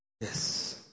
Yes